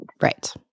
Right